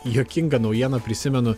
juokingą naujieną prisimenu